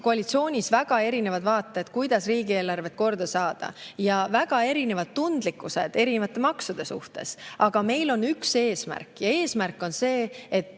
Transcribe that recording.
koalitsioonis väga erinevad vaated, kuidas riigieelarve korda saada, ja väga erinev tundlikkus erinevate maksude suhtes, aga meil on üks eesmärk. Eesmärk on see, et